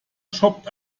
jobbt